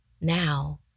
Now